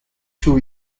two